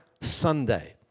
Sunday